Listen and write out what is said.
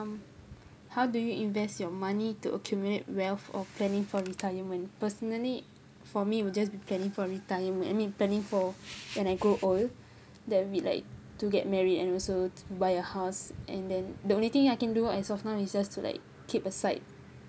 um how do you invest your money to accumulate wealth of planning for retirement personally for me I will just be planning for retirement I mean planning for when I grow old that we'd like to get married and also to buy a house and then the only thing I can do as of now is just like keep aside